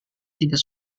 tidak